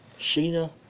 sheena